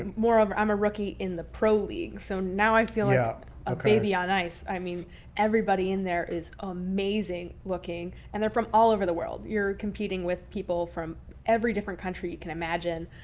and moreover, i'm a rookie in the pro league, so now i feel yeah like a baby on ice. i mean everybody in there is amazing looking and they're from all over the world. you're competing with people from every different country, you can imagine.